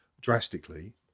drastically